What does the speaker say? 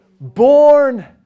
born